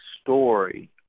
story